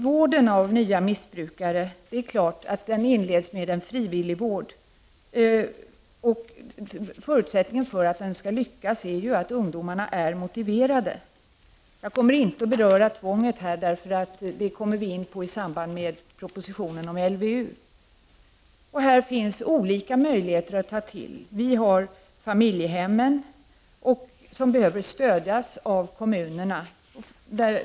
Vården av nya missbrukare inleds självfallet med frivillig vård. Förutsättningen för att den skall lyckas är att ungdomarna är motiverade. Jag skall inte beröra tvångsvård här, eftersom det kommer upp när vi behandlar propositionen om LVU. Det finns olika möjligheter att ta till. Vi har t.ex. familjehem, som behöver stödas av kommunerna.